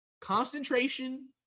concentration